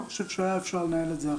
אני חושב שאפשר היה לנהל את זה אחרת.